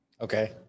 Okay